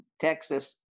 Texas